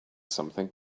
something